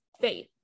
faith